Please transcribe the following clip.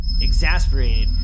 exasperated